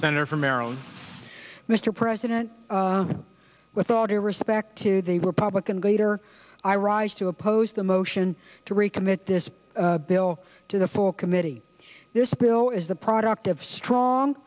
senator from maryland mr president with all due respect to the republican greater i rise to oppose the motion to recommit this bill to the full committee this bill is the product of strong